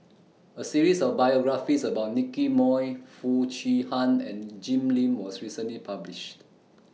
A series of biographies about Nicky Moey Foo Chee Han and Jim Lim was recently published